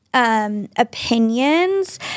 Opinions